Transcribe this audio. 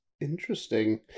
Interesting